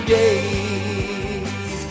days